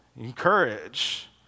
encourage